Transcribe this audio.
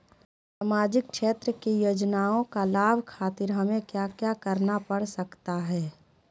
सामाजिक क्षेत्र की योजनाओं का लाभ खातिर हमें क्या क्या करना पड़ सकता है?